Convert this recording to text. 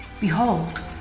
Behold